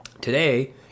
Today